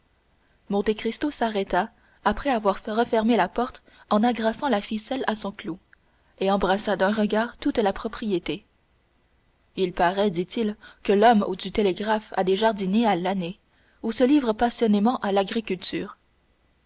enclos monte cristo arrêta après avoir refermé la porte en agrafant la ficelle à son clou et embrassa d'un regard toute la propriété il paraît dit-il que l'homme du télégraphe a des jardiniers à l'année ou se livre passionnément à l'agriculture